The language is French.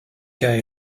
qu’à